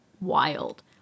wild